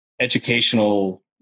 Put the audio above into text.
educational